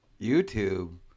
YouTube